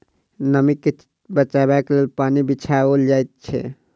नमीं के बचयबाक लेल पन्नी बिछाओल जाइत छै